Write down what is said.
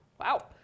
Wow